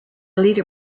leader